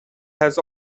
has